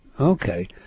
Okay